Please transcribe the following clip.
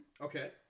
Okay